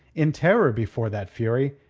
in terror before that fury,